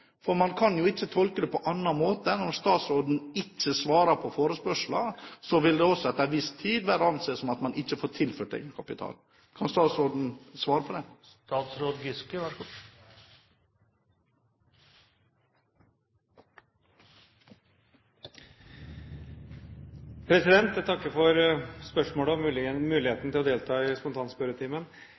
Man kan ikke tolke det på annen måte når statsråden ikke svarer på forespørsler etter en viss tid, enn at det vil være å anse som at man ikke får tilført egenkapital. Kan statsråden svare på det? Jeg takker for spørsmålet og muligheten til å delta i